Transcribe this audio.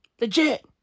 Legit